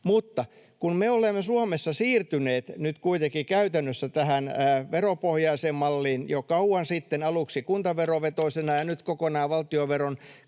Mutta kun me olemme Suomessa siirtyneet nyt kuitenkin käytännössä tähän veropohjaiseen malliin jo kauan sitten, aluksi kuntaverovetoisena ja nyt melkein kokonaan valtionveron kautta